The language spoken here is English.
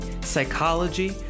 psychology